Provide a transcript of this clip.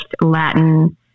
Latin